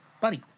Buddy